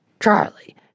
Charlie